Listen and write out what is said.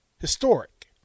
Historic